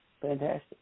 Fantastic